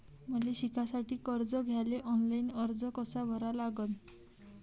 मले शिकासाठी कर्ज घ्याले ऑनलाईन अर्ज कसा भरा लागन?